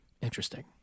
Interesting